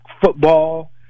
football